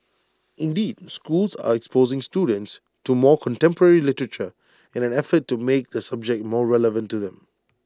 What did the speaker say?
indeed schools are exposing students to more contemporary literature in an effort to make the subject more relevant to them